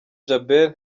djabel